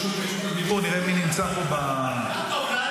רגע.